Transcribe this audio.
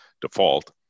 default